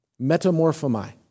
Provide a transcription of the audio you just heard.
metamorphomai